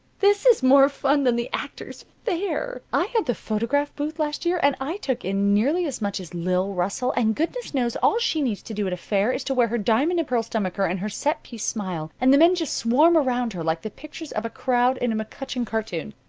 this is more fun than the actors' fair. i had the photograph booth last year, and i took in nearly as much as lil russell and goodness knows, all she needs to do at a fair is to wear her diamond-and-pearl stomacher and her set-piece smile, and the men just swarm around her like the pictures of a crowd in a mccutcheon cartoon.